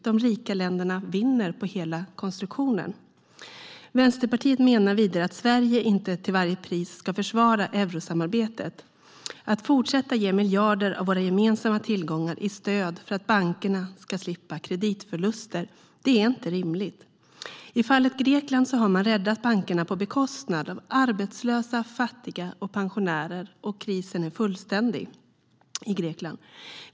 De rika länderna vinner på hela konstruktionen. Vänsterpartiet menar vidare att Sverige inte till varje pris ska försvara eurosamarbetet. Att fortsätta ge miljarder av våra gemensamma tillgångar i stöd för att bankerna ska slippa kreditförluster är inte rimligt. I fallet Grekland har man räddat bankerna på bekostnad av arbetslösa, fattiga och pensionärer. Krisen är fullständig i Grekland.